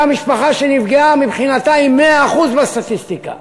אותה משפחה שנפגעה, מבחינתה היא 100% הסטטיסטיקה,